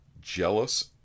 jealous